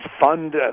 fund